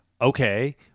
okay